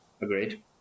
Agreed